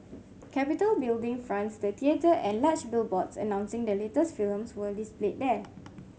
Capitol Building fronts the theatre and large billboards announcing the latest films were displayed there